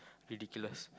ridiculous